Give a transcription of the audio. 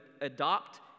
adopt